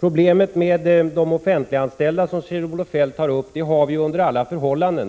Problemet med de offentliganställda, som Kjell-Olof Feldt tar upp, har vi under alla förhållanden.